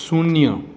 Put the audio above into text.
શૂન્ય